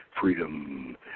freedom